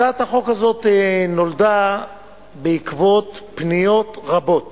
הצעת החוק הזאת נולדה בעקבות פניות רבות